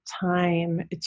time